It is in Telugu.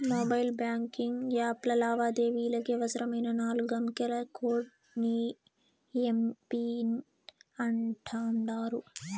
మొబైల్ బాంకింగ్ యాప్ల లావాదేవీలకి అవసరమైన నాలుగంకెల కోడ్ ని ఎమ్.పిన్ అంటాండారు